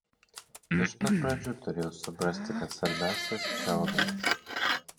iš pat pradžių turėjau suprasti kad svarbiausias čia ovenas